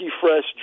fresh